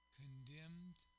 condemned